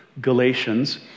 Galatians